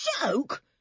joke